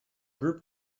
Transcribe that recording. group